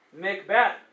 Macbeth